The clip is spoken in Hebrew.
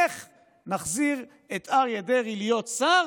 איך נחזיר את אריה דרעי להיות שר